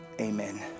amen